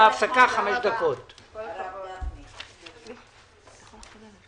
הישיבה ננעלה בשעה 11:05.